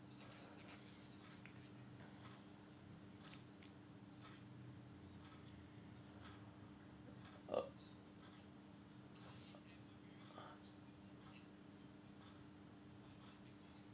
err